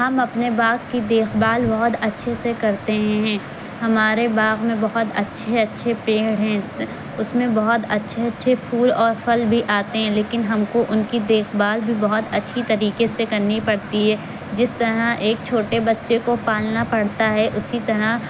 ہم اپنے باغ کی دیکھ بھال بہت اچھے سے کرتے ہیں ہمارے باغ میں بہت اچھے اچھے پیڑ ہیں اس میں بہت اچھے اچھے پھول اور پھل بھی آتے ہیں لیکن ہم کو ان کی دیکھ بھال بھی بہت اچھی طریقے سے کرنی پڑتی ہے جس طرح ایک چھوٹے بچے کو پالنا پڑتا ہے اسی طرح